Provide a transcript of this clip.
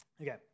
Okay